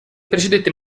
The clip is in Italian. precedette